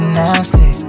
nasty